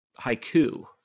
haiku